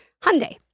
Hyundai